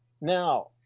Now